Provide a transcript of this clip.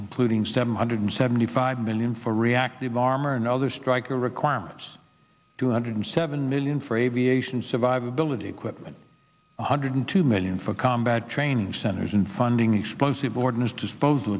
including seven hundred seventy five billion for reactive armor and other striker requirements two hundred seven million for aviation survivability equipment one hundred two million for combat training centers and funding explosive ordinance disposal